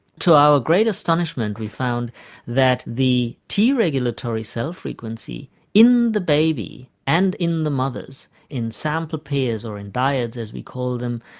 to our great astonishment we found that the t regulatory cell frequency in the baby and in the mothers, in sample pairs or in dyads as we call them,